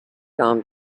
which